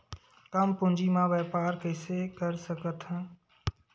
कम पूंजी म व्यापार कइसे कर सकत हव?